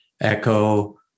echo